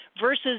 versus